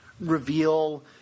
reveal –